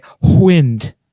wind